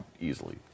easily